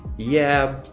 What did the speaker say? yeah,